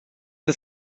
the